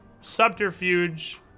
Subterfuge